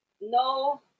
no